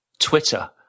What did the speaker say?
Twitter